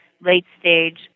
late-stage